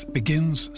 begins